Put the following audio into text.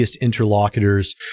interlocutors